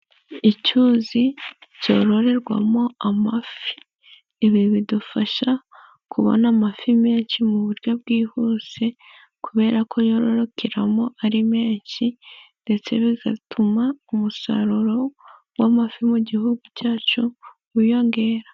Icyuzi cyororerwamo amafi, ibi bidufasha kubona amafi menshi mu buryo bwihuse kubera ko yororokeramo ari menshi ndetse bigatuma umusaruro w'amafi mu gihugu cyacu wiyongera.